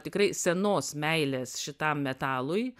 tikrai senos meilės šitam metalui